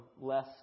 less